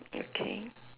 okay